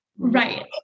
Right